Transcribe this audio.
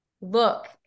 look